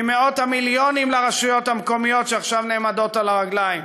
ממאות המיליונים לרשויות המקומיות שעכשיו נעמדות על הרגליים,